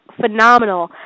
phenomenal